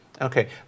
Okay